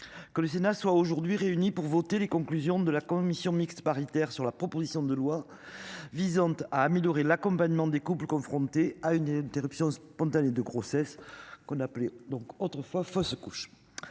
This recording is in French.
Que le Sénat soit aujourd'hui réunis pour voter les conclusions de la commission mixte paritaire sur la proposition de loi visant à améliorer l'accompagnement des couples confrontés à une interruption spontanée de grossesse qu'on appelé donc autrefois fausse couche.